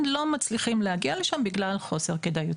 לא מצליחים להגיע לשם בגלל חוסר כדאיות